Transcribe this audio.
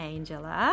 Angela